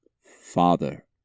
father